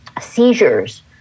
Seizures